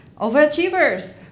overachievers